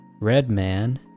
Redman